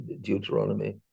Deuteronomy